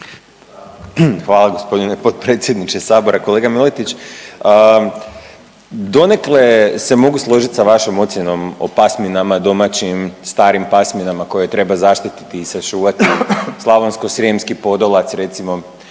Hvala g. potpredsjedniče Sabora. Kolega Miletić, donekle se mogu složiti sa vašom ocjenom o pasminama domaćim, starima pasminama koje treba zaštititi i sačuvati, slavonsko-srijemski podolac, recimo,